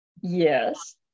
yes